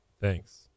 thanks